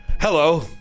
Hello